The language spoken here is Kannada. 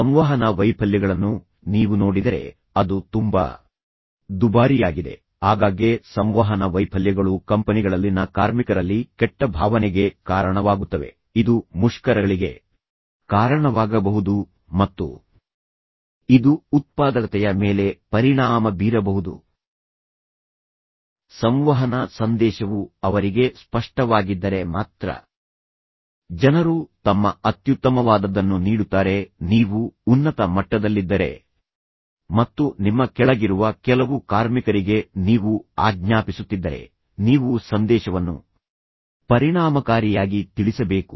ಸಂವಹನ ವೈಫಲ್ಯಗಳನ್ನು ನೀವು ನೋಡಿದರೆ ಅದು ತುಂಬಾ ದುಬಾರಿಯಾಗಿದೆ ಆಗಾಗ್ಗೆ ಸಂವಹನ ವೈಫಲ್ಯಗಳು ಕಂಪನಿಗಳಲ್ಲಿನ ಕಾರ್ಮಿಕರಲ್ಲಿ ಕೆಟ್ಟ ಭಾವನೆಗೆ ಕಾರಣವಾಗುತ್ತವೆ ಇದು ಮುಷ್ಕರಗಳಿಗೆ ಕಾರಣವಾಗಬಹುದು ಮತ್ತು ಇದು ಉತ್ಪಾದಕತೆಯ ಮೇಲೆ ಪರಿಣಾಮ ಬೀರಬಹುದು ಸಂವಹನ ಸಂದೇಶವು ಅವರಿಗೆ ಸ್ಪಷ್ಟವಾಗಿದ್ದರೆ ಮಾತ್ರ ಜನರು ತಮ್ಮ ಅತ್ಯುತ್ತಮವಾದದ್ದನ್ನು ನೀಡುತ್ತಾರೆ ನೀವು ಉನ್ನತ ಮಟ್ಟದಲ್ಲಿದ್ದರೆ ಮತ್ತು ನಿಮ್ಮ ಕೆಳಗಿರುವ ಕೆಲವು ಕಾರ್ಮಿಕರಿಗೆ ನೀವು ಆಜ್ಞಾಪಿಸುತ್ತಿದ್ದರೆ ನೀವು ಸಂದೇಶವನ್ನು ಪರಿಣಾಮಕಾರಿಯಾಗಿ ತಿಳಿಸಬೇಕು